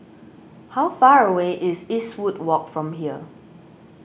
how far away is Eastwood Walk from here